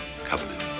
covenant